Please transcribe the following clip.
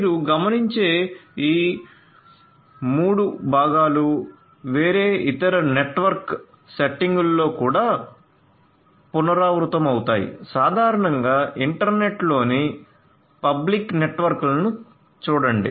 మీరు గమనించే ఈ 3 భాగాలు వేరే ఇతర నెట్వర్క్ సెట్టింగులలో కూడా పునరావృతమవుతాయి సాధారణంగా ఇంటర్నెట్లోని పబ్లిక్ నెట్వర్క్లను చూడండి